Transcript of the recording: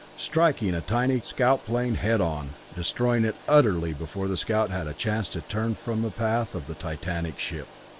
striking a tiny scout plane head on, destroying it utterly before the scout had a chance to turn from the path of the titanic ship.